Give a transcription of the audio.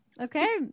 Okay